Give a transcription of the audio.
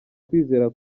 kwizera